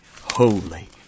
holy